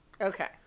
Okay